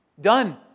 Done